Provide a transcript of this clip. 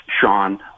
Sean